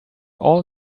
all